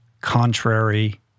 contrary